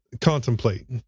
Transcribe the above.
contemplate